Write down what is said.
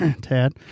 Tad